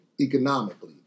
economically